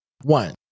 one